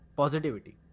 positivity